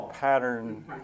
pattern